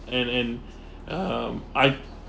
and and um I